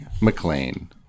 McLean